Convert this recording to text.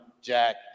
Jack